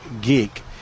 geek